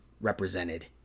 represented